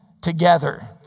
together